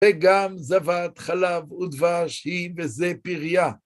וגם זבת חלב ודבש היא בזה פריה.